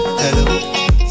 hello